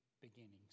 beginnings